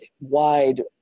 wide